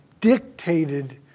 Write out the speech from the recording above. dictated